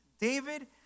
David